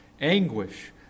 anguish